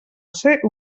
ser